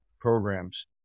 programs